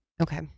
Okay